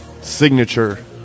signature